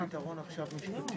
פר מסעדה.